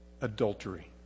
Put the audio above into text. adultery